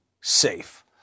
safe